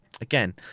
again